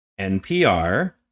NPR